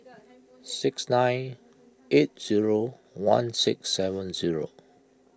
six nine eight zero one six seven zero